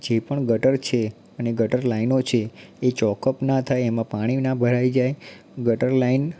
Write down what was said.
જે પણ ગટર છે અને ગટર લાઈનો છે એ ચૉકઅપ ના થાય એમાં પાણી ના ભરાઈ જાય ગટર લાઈન